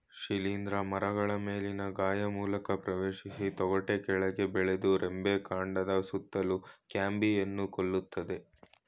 ಶಿಲೀಂಧ್ರ ಮರಗಳ ಮೇಲಿನ ಗಾಯ ಮೂಲಕ ಪ್ರವೇಶಿಸಿ ತೊಗಟೆ ಕೆಳಗೆ ಬೆಳೆದು ರೆಂಬೆ ಕಾಂಡದ ಸುತ್ತಲೂ ಕ್ಯಾಂಬಿಯಂನ್ನು ಕೊಲ್ತದೆ